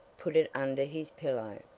put it under his pillow,